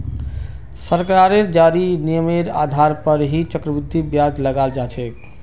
सरकारेर जारी नियमेर आधार पर ही चक्रवृद्धि ब्याज लगाल जा छे